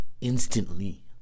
instantly